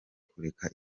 kureka